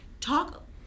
Talk